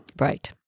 Right